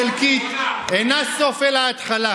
לא ענו על הצרכים של הכלכלה